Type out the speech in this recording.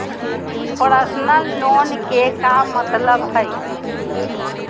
Personal loan के का मतलब हई?